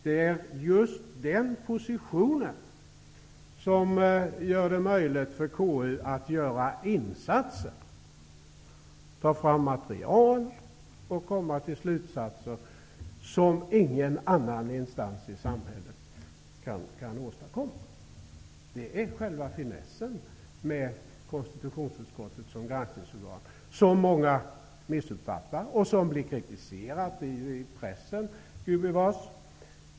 Det är just den positionen som gör det möjligt för KU att göra insatser, ta fram material och komma till slutsatser som ingen annan instans i samhället kan åstadkomma. Det är själva finessen med konstitutionsutskottet som granskningsorgan, vilket många missuppfattar. Det kritiseras gubevars i pressen.